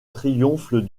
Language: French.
triomphe